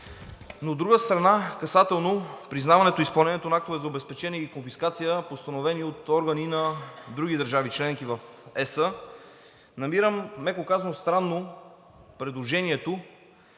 но от друга страна, касателно признаването и изпълнението на актове за обезпечение и конфискация, постановени от органи на други държави – членки на ЕС, намирам, меко казано, странно предложението